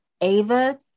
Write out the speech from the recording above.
Ava